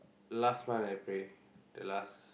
last month I pray the last